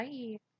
Bye